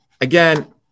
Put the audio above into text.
again